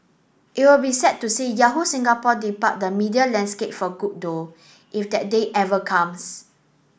it will be sad to see Yahoo Singapore depart the media landscape for good though if that day ever comes